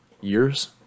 years